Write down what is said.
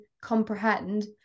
comprehend